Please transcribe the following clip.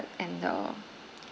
and the